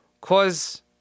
cause